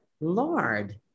lord